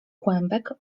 kłębek